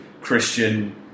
Christian